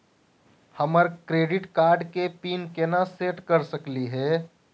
हमर credit card के PIN केना सेट कर सकली हे?